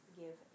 give